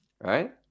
Right